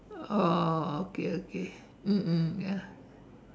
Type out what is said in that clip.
oh okay okay mm mm ya